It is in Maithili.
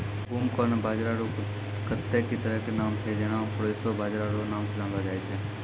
ब्रूमकॉर्न बाजरा रो कत्ते ने तरह के नाम छै जेना प्रोशो बाजरा रो नाम से जानलो जाय छै